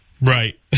Right